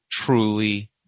truly